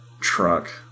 truck